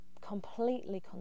Completely